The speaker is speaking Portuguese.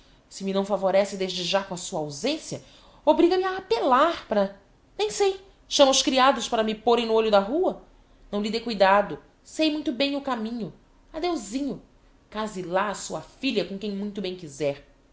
se me não favorece desde já com a sua ausencia obriga-me a appellar para bem sei chama os criados para me pôrem no olho da rua não lhe dê cuidado sei muito bem o caminho adeuzinho case lá a sua filha com quem muito bem quiser